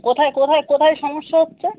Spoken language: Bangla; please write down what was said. কোথায় কোথায় কোথায় সমস্যা হচ্ছে